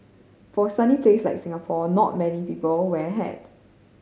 for a sunny place like Singapore not many people wear a hat